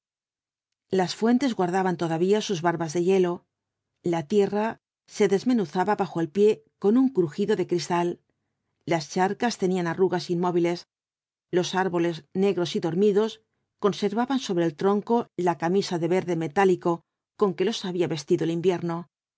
las fuentes guardaban todavía sus barbas de hielo la tierra se desmenuzaba bajo el pie con un crujido de cristal las charcas tenían arrugas inmóviles los árboles negros y dormidos conservaban sobre el tronco la camisa de verde metálico con que los había vestido el invierno